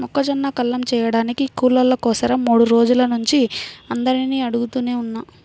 మొక్కజొన్న కల్లం చేయడానికి కూలోళ్ళ కోసరం మూడు రోజుల నుంచి అందరినీ అడుగుతనే ఉన్నా